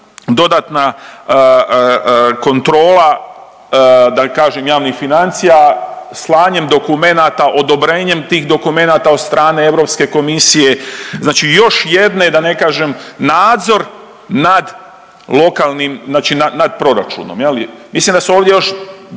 dodatna kontrola da ne kažem javnih financija, slanjem dokumenata, odobrenjem tih dokumenata od strane Europske komisije. Znači još jedne da ne kažem nadzor nad lokalnim, znači nad proračunom jel. Mislim da su ovdje još,